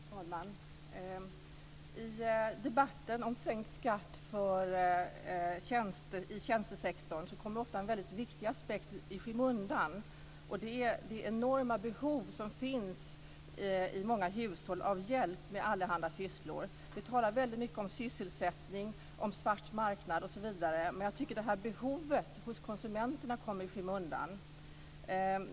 Fru talman! I debatten om sänkt skatt inom tjänstesektorn kommer ofta en väldigt viktig aspekt i skymundan, och det är det enorma behov som finns i många hushåll av hjälp med allehanda sysslor. Vi talar mycket om sysselsättning och svart marknad osv., men jag tycker att behovet hos konsumenterna har kommit i skymundan.